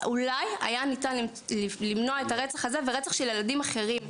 אולי היה ניתן למנוע את הרצח הזה ורצח של ילדים אחרים.